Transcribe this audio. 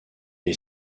est